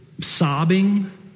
sobbing